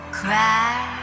cry